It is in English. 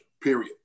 period